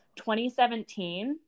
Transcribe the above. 2017